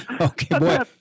Okay